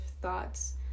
thoughts